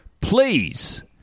please